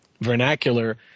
vernacular